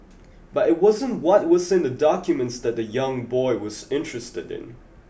but it wasn't what was in the documents that the young boy was interested in